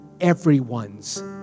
everyone's